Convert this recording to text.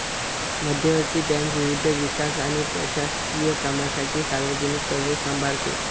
मध्यवर्ती बँक विविध विकास आणि प्रशासकीय कामांसाठी सार्वजनिक कर्ज सांभाळते